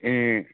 ए